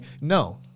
no